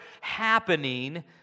happening